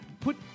Put